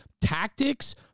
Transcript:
tactics